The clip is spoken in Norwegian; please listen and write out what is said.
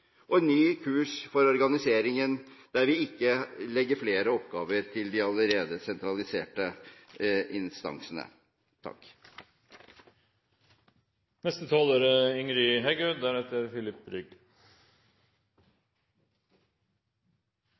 og en ny kurs for organiseringen, der vi ikke legger flere oppgaver til de allerede sentraliserte instansene.